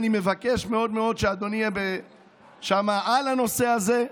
אני מבקש מאוד מאוד שאדוני יהיה שם על הנושא הזה,